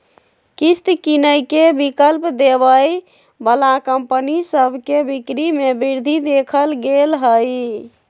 किस्त किनेके विकल्प देबऐ बला कंपनि सभ के बिक्री में वृद्धि देखल गेल हइ